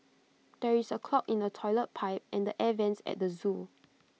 there is A clog in the Toilet Pipe and the air Vents at the Zoo